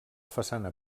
façana